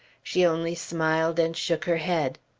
she only smiled and shook her head.